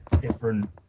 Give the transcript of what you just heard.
different